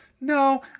No